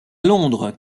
londres